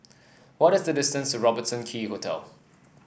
what is the distance Robertson Quay Hotel